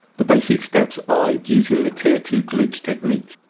the basic steps are, using the tier two glitch technique.